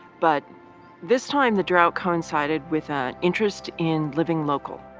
but this time, the drought coincided with an interest in living local.